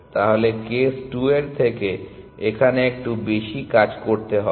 তাহলে কেস 2 এর থেকে এখানে একটু বেশি কাজ করতে হবে